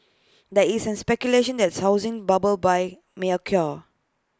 there isn't speculation that's housing bubble may occur